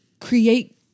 create